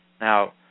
Now